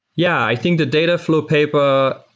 yeah. i think the datafl ow paper